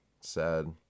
sad